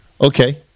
Okay